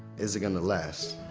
is it gonna last?